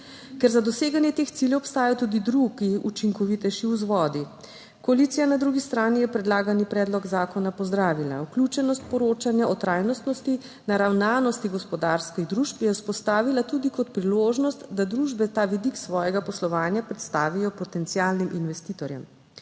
ker za doseganje teh ciljev obstajajo tudi drugi, učinkovitejši vzvodi. Koalicija na drugi strani je predlagani predlog zakona pozdravila. Vključenost poročanja o trajnostnostni naravnanosti gospodarskih družb je izpostavila tudi kot priložnost, da družbe ta vidik svojega poslovanja predstavijo potencialnim investitorjem.